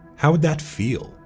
how would that feel?